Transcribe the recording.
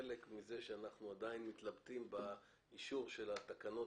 חלק מזה שאנחנו עדיין מתלבטים באישור של התקנות,